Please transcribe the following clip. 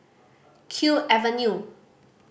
Kew Avenue